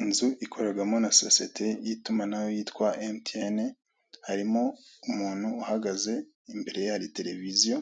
Inzo ikorerwamo na sosiyete y'itumanaho yitwa emutiyene, harimo umuntu uhagaze, imbere ye hari televiziyo,